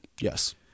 Yes